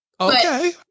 Okay